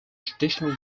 traditional